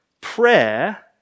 Prayer